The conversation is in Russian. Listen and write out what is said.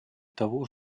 того